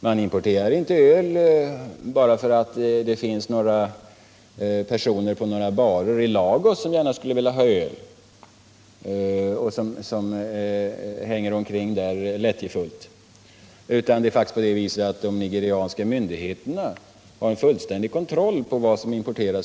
Det är inte bara att importera öl därför att det sitter några personer lättjefullt på barerna i Lagos och vill ha öl. Det är faktiskt så, att de nigerianska myndigheterna har fullständig kontroll över vad som importeras.